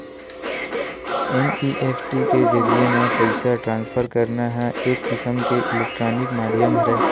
NEFT के जरिए म पइसा ट्रांसफर करना ह एक किसम के इलेक्टानिक माधियम हरय